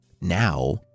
Now